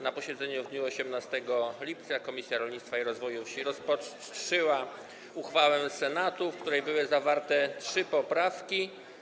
Na posiedzeniu w dniu 18 lipca Komisja Rolnictwa i Rozwoju Wsi rozpatrzyła uchwałę Senatu, w której były zawarte trzy poprawki.